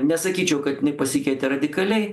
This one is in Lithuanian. nesakyčiau kad jinai pasikeitė radikaliai